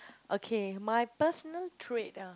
okay my personal trait ah